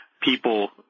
people